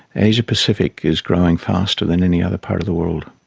asia-pacific is growing faster than any other part of the world.